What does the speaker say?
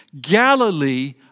Galilee